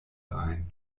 ein